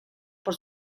por